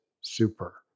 super